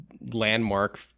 landmark